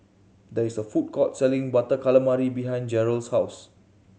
there is a food court selling Butter Calamari behind Jerold's house